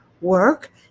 work